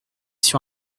sur